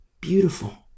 Beautiful